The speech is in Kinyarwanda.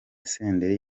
senderi